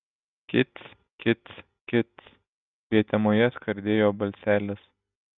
kic kic kic prietemoje skardėjo balselis